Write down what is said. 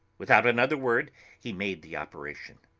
without another word he made the operation.